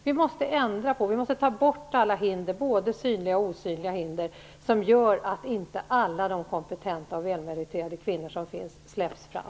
Vi måste ta bort alla hinder, både synliga och osynliga, som gör att inte alla de kompetenta och välmeriterade kvinnor som finns fram släpps fram.